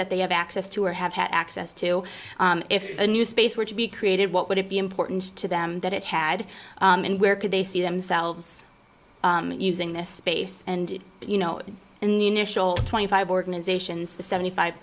that they have access to or have had access to if a new space were to be created what would it be important to them that it had and where could they see themselves using this space and you know in the initial twenty five organizations the seventy five